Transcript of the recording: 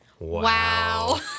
Wow